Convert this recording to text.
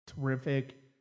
terrific